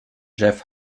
jeff